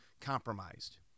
compromised